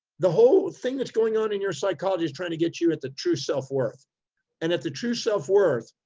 the whole thing that's going on in your psychology is trying to get you at the true self worth and at the true self worth,